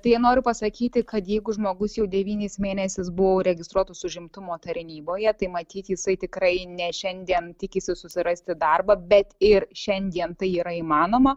tai noriu pasakyti kad jeigu žmogus jau devynis mėnesius buvo registruotas užimtumo tarnyboje tai matyt jisai tikrai ne šiandien tikisi susirasti darbą bet ir šiandien tai yra įmanoma